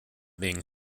being